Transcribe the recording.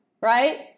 right